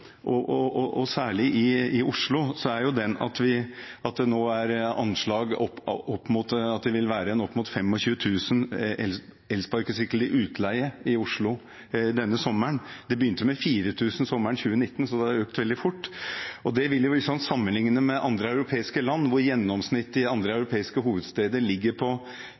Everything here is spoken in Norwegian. og særlig i Oslo, er det nå anslag om at det vil være opp mot 25 000 elsparkesykler til utleie i Oslo denne sommeren. Det begynte med 4 000 sommeren 2019, så det har økt veldig fort. Hvis man sammenligner med andre europeiske land, hvor gjennomsnittet i hovedstedene ligger på 35 elsparkesykler per 10 000 innbyggere, så ligger